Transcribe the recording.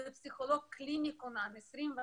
או מפסיכולוג קליני כונן 24/7,